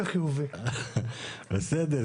ויש ועדה מקומית ואפשר לעשות את הכל גם לחריש,